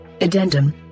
Addendum